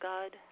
God